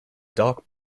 dark